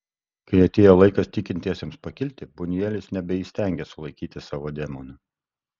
kai atėjo laikas tikintiesiems pakilti bunjuelis nebeįstengė sulaikyti savo demonų